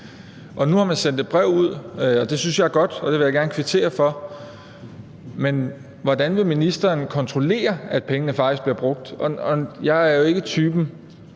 gå. Nu har man sendt et brev ud, og det synes jeg er godt, og det vil jeg gerne kvittere for. Men hvordan vil ministeren kontrollere, at pengene faktisk bliver brugt? Jeg er jo ikke typen,